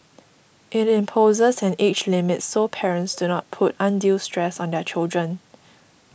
it imposes an age limit so parents do not put undue stress on their children